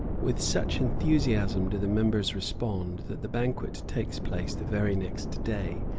with such enthusiasm do the members respond that the banquet takes place the very next day,